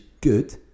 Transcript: good